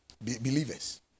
believers